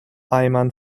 eimern